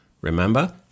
Remember